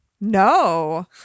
No